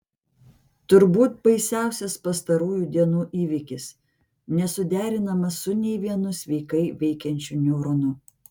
turbūt baisiausias pastarųjų dienų įvykis nesuderinamas su nei vienu sveikai veikiančiu neuronu